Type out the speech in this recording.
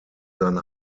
sein